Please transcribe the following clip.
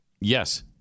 Yes